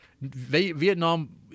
Vietnam